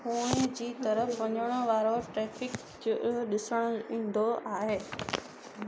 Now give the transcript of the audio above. पुणे जी तरफ़ वञण वारो ट्रैफ़िक कीअं ॾिसण ईंदो आहे